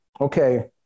Okay